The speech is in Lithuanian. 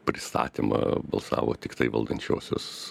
pristatymą balsavo tiktai valdančiosios